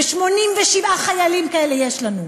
ו-87 חיילים כאלה יש לנו,